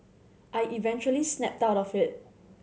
I eventually snapped out of it